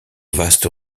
vaste